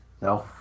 No